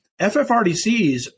FFRDCs